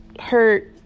hurt